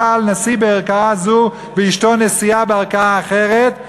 הבעל נשיא בערכאה זאת ואשתו נשיאה בערכאה אחרת?